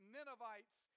Ninevites